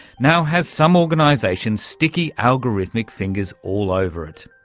now has some organisation's sticky algorithmic fingers all over it.